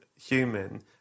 human